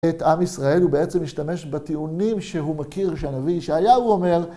את עם ישראל, הוא בעצם משתמש בטיעונים שהוא מכיר, שהנביא ישעיהו, אומר.